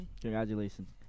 Congratulations